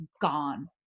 gone